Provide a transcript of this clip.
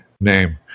name